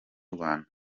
rwanda